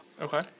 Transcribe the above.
Okay